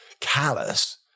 callous